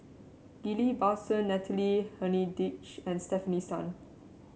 Ghillie Basan Natalie Hennedige and Stefanie Sun